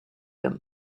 home